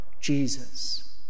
Jesus